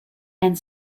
and